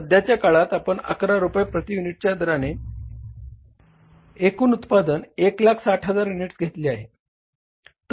सध्याच्या काळात आपण 11 रुपये प्रति युनिटच्या दराने एकूण उत्पादन 160000 युनिट्स केले आहे